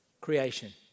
Creation